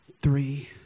three